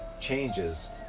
changes